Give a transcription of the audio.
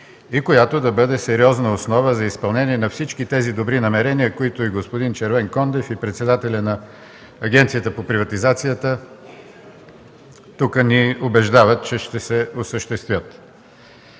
и която да бъде сериозна основа за изпълнение на всички тези добри намерения, за които и господин Червенкондев, и председателят на Агенцията по приватизация тук ни убеждават, че ще се осъществят.